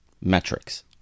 metrics